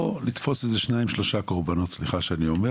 או לתפוס שניים-שלושה קורבנות סליחה שאני אומר